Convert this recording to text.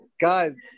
Guys